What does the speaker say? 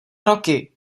roky